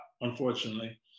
unfortunately